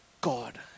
God